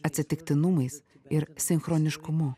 atsitiktinumais ir sinchroniškumu